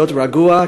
להיות רגוע,